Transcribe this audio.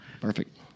Perfect